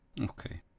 okay